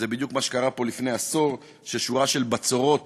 זה בדיוק מה שקרה פה לפני עשור, כששורה של בצורות